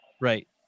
Right